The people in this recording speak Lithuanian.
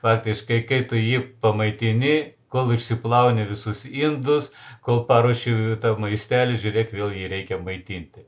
faktiškai kai tu jį pamaitini kol išsiplauni visus indus kol paruoši maistelį žiūrėk vėl jį reikia maitinti